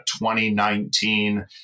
2019